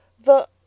The